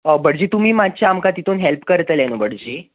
हो भटजी तुमी आमकां मात्शे तितून हेल्प करतले न्हू भटजी